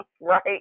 right